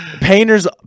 painters